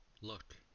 look